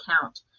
count